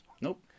Nope